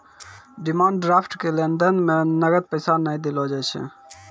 demand draft के लेन देन मे नगद पैसा नै देलो जाय छै